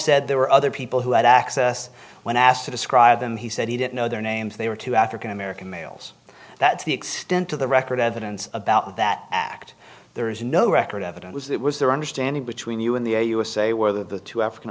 said there were other people who had access when asked to describe them he said he didn't know their names they were two african american males that's the extent of the record evidence about that act there is no record of it was that was their understanding between you in the usa where the two african